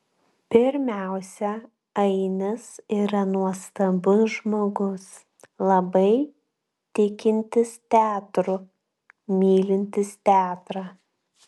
pirmiausia ainis yra nuostabus žmogus labai tikintis teatru mylintis teatrą